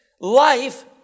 Life